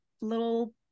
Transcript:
little